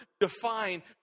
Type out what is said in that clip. define